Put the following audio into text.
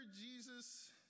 Jesus